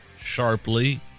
sharply